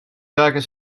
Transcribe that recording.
zaken